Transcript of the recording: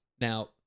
now